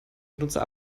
benutzer